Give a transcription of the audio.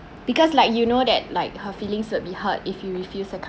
because like you know that like her feelings would be hurt if you refuse her